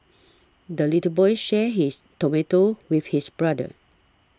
the little boy shared his tomato with his brother